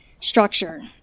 structure